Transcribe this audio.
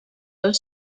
are